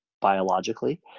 biologically